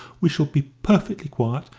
we shall be perfectly quiet,